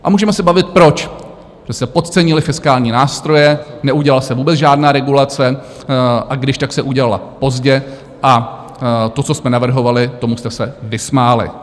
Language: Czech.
A můžeme se bavit, proč, že se podcenily fiskální nástroje, neudělala se vůbec žádná regulace, a když, tak se udělala pozdě, a to, co jsme navrhovali, tomu jste se vysmáli.